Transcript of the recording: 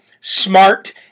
smart